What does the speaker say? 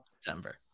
september